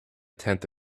tenth